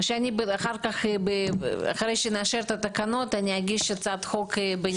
או שאחרי שנאשר את התקנות אני אגיש הצעת חוק בנפרד.